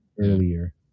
earlier